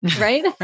right